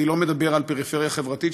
אני לא מדבר על פריפריה חברתית,